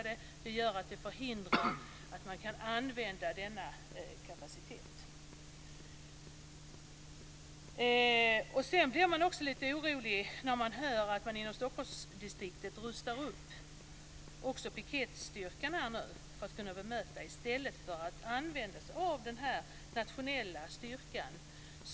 Det förhindrar en användning av denna kapacitet. Jag blir lite orolig när jag hör att man inom Stockholmsdistriktet rustar upp piketstyrkan i stället för att använda sig av Nationella insatsstyrkan.